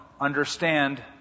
understand